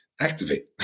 activate